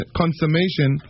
consummation